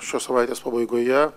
šios savaitės pabaigoje